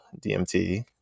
DMT